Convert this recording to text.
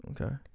Okay